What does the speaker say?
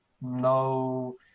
no